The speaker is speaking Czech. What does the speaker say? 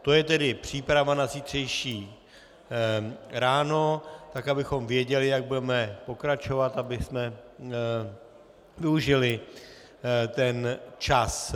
To je tedy příprava na zítřejší ráno tak, abychom věděli, jak budeme pokračovat, abychom využili ten čas.